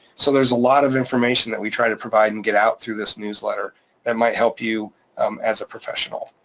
so there's a lot of information that we try to provide and get out through this newsletter that might help you as a professional.